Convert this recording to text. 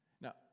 Now